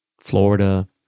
Florida